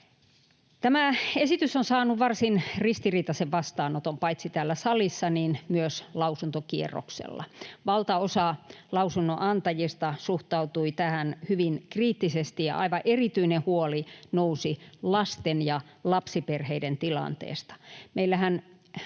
Tämä esitys on saanut varsin ristiriitaisen vastaanoton paitsi täällä salissa myös lausuntokierroksella. Valtaosa lausunnonantajista suhtautui tähän hyvin kriittisesti, ja aivan erityinen huoli nousi lasten ja lapsiperheiden tilanteesta. Meillähän